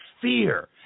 Fear